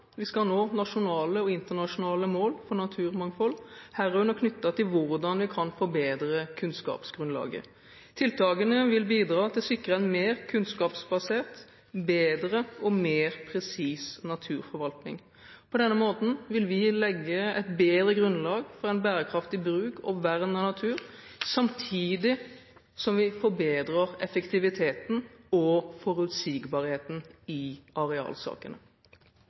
vi skal nå nasjonale og internasjonale mål for naturmangfold, herunder knyttet til hvordan vi kan forbedre kunnskapsgrunnlaget. Tiltakene vil bidra til å sikre en mer kunnskapsbasert, bedre og mer presis naturforvaltning. På denne måten vil vi legge et bedre grunnlag for en bærekraftig bruk og vern av natur, samtidig som vi forbedrer effektiviteten og forutsigbarheten i arealsakene.